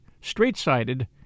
straight-sided